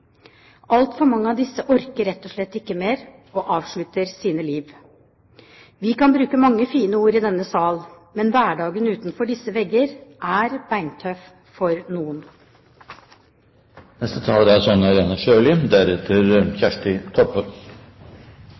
Altfor mange av disse orker rett og slett ikke mer og avslutter sitt liv. Vi kan bruke mange fine ord i denne sal, men hverdagen utenfor disse vegger er beintøff for noen. Selv om vi har gjennomført en tiårig opptrappingsplan for psykisk helse, er